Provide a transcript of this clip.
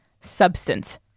substance